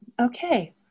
okay